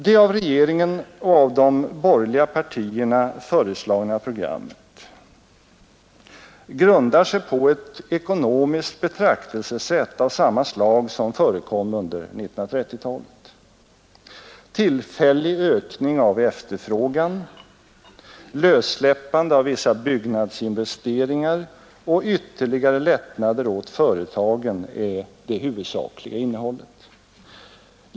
Det av regeringen och av de borgerliga partierna föreslagna programmet grundar sig på ett ekonomiskt betraktelsesätt av samma slag som förekom under 1930-talet. Tillfällig ökning av efterfrågan, lössläppande av vissa byggnadsinvesteringar och ytterligare lättnader åt företagen är dess huvudsakliga innehåll.